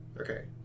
Okay